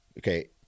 okay